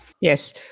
Yes